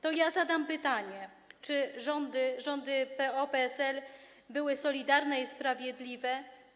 To ja zadam pytanie: Czy rządy PO-PSL były solidarne i sprawiedliwe?